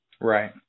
right